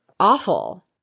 awful